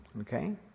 Okay